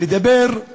לדבר על